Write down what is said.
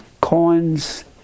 coins